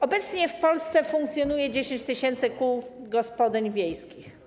Obecnie w Polsce funkcjonuje 10 tys. kół gospodyń wiejskich.